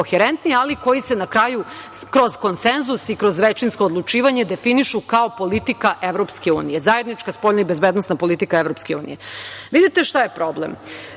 ali koje se na kraju kroz konsenzus i kroz većinsko odlučivanje definišu kao politika EU, zajednička spoljna i bezbednosna politika EU.Vidite šta je problem.